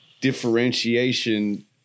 differentiation